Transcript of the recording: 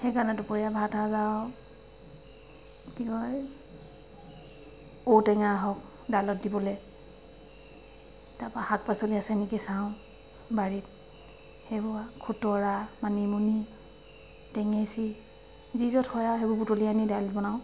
সেইকাৰণে দুপৰীয়া ভাতসাজ আৰু কি কয় ঔ টেঙা হওক দাইলত দিবলৈ তাৰপৰা শাক পাচলি আছে নেকি চাওঁ বাৰীত সেইবোৰ খুতৰা মানিমুনি টেঙেচী যি য'ত হয় আৰু সেইবোৰ বুটলি আনি দাইল বনাও